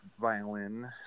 violin